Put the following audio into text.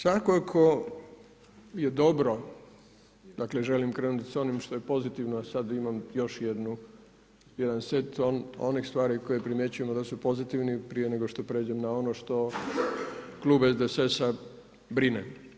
Svakako je dobro dakle, želim krenuti s onim što je pozitivno, sad imam još jedan set onih stvari koji primjećujemo da su pozitivni, prije nego što pređem na ono što klub SDSS-a brine.